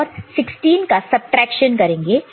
तो 83 और 16 का सबट्रैक्शन करेंगे